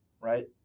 right